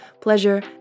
pleasure